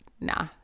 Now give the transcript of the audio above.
Nah